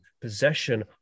possession